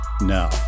Now